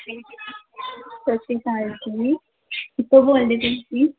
ਕਿੱਥੋਂ ਬੋਲਦੇ ਪਏ ਜੀ